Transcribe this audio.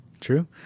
True